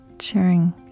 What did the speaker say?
sharing